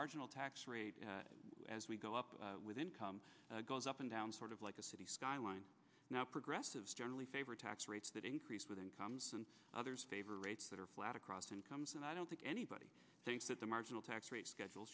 marginal tax rate as we go up with income goes up and down sort of like a city skyline now progressive generally favor tax rates that increase with incomes and others favor rates that are flat across incomes and i don't think anybody thinks that the marginal tax rate schedule